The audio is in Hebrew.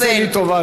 עשה לי טובה,